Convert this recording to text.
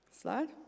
Slide